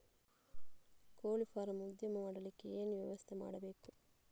ಕೋಳಿ ಫಾರಂ ಉದ್ಯಮ ಮಾಡಲಿಕ್ಕೆ ಏನು ವ್ಯವಸ್ಥೆ ಮಾಡಬೇಕು?